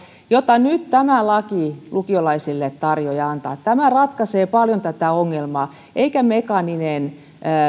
jota nyt tämä laki lukiolaisille tarjoaa ja antaa tämä ratkaisee paljon tätä ongelmaa eikä mekaaninen